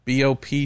BOP